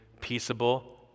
peaceable